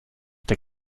der